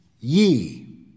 ye